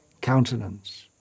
countenance